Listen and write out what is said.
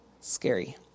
Scary